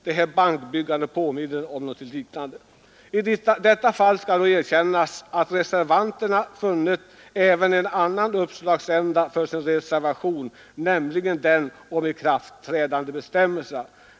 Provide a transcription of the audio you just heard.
Det här bankbyggandet påminner därom. I detta fall skall dock erkännas att reservanterna funnit även en annan uppslagsända för sin reservation, nämligen ikraftträdandebestämmelserna.